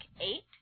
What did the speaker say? eight